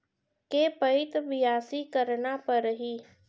के पइत बियासी करना परहि?